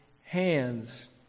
hands